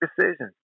decision